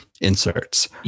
inserts